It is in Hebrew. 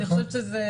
אני חושבת שזה